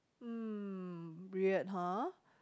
mm weird ha